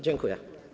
Dziękuję.